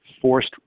forced